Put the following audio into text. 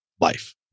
life